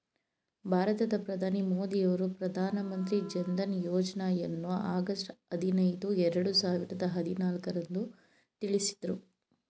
ಭಾರತದ ಪ್ರಧಾನಿ ಮೋದಿ ಅವರು ಪ್ರಧಾನ ಮಂತ್ರಿ ಜನ್ಧನ್ ಯೋಜ್ನಯನ್ನು ಆಗಸ್ಟ್ ಐದಿನೈದು ಎರಡು ಸಾವಿರದ ಹದಿನಾಲ್ಕು ರಂದು ತಿಳಿಸಿದ್ರು